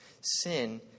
Sin